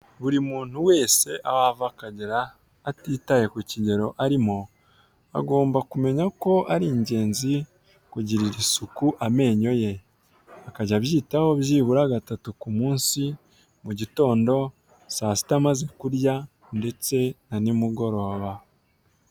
Buri muntu wese aho ava akagera atitaye ku kigero arimo, agomba kumenya ko ari ingenzi kugirira isuku amenyo ye, akajya abyitaho byibura gatatu ku munsi mu gitondo saasita amaze kurya ndetse na n'imugoroba.